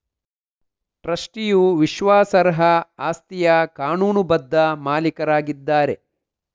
ಟ್ರಸ್ಟಿಯು ವಿಶ್ವಾಸಾರ್ಹ ಆಸ್ತಿಯ ಕಾನೂನುಬದ್ಧ ಮಾಲೀಕರಾಗಿದ್ದಾರೆ